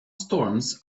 storms